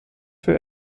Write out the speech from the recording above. für